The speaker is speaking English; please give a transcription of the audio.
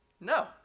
no